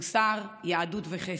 מוסר, יהדות וחסד.